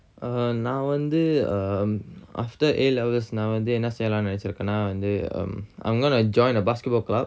uh நா வந்து:na vanthu um after A levels நா என்ன செய்யலாம்னு நெனச்சு இருகன்னா:na enna seyyalamnu nenachu irukanna um I'm going to join a basketball club